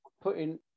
putting